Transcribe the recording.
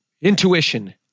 intuition